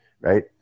right